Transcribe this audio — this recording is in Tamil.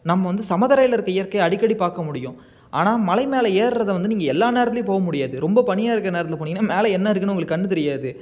நம்ம வந்து சம தரையில் இருக்க இயற்கையை அடிக்கடி பார்க்க முடியும் ஆனால் மலை மேலே ஏர்றதை வந்து நீங்கள் எல்லா நேரத்துலேயும் போக முடியாது ரொம்ப பனியாக இருக்கிற நேரத்தில் போனிங்கன்னா மேலே என்ன இருக்குன்னு உங்களுக்கு கண்ணு தெரியாது